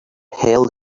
held